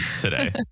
today